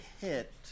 hit